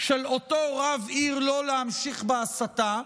של אותו רב עיר לא להמשיך בהסתה,